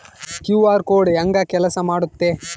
QR code ಹೆಂಗ ಕೆಲಸ ಮಾಡುತ್ತೆ?